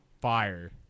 fire